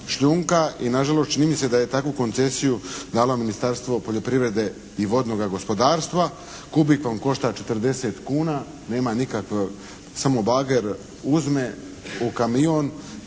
i nažalost čini mi se da je takvu koncesiju dalo Ministarstvo poljoprivrede i vodnoga gospodarstva. Kubik vam košta 40 kuna. Nema nikakvog, samo bager uzme u kamion.